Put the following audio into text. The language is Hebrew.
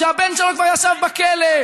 כשהבן שלו כבר ישב בכלא,